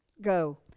Go